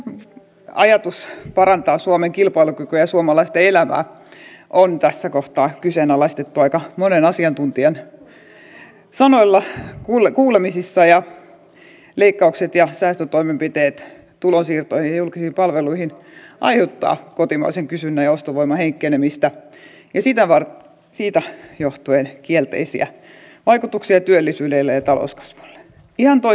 hallituksen ajatus parantaa suomen kilpailukykyä ja suomalaisten elämää on tässä kohtaa kyseenalaistettu aika monen asiantuntijan sanoilla kuulemisissa ja leikkaukset ja säästötoimenpiteet tulonsiirtoihin ja julkisiin palveluihin aiheuttavat kotimaisen kysynnän ja ostovoiman heikkenemistä ja siitä johtuen kielteisiä vaikutuksia työllisyyteen ja talouskasvuun